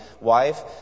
wife